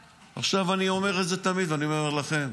עכשיו, אני אומר את זה תמיד, ואני אומר לכם: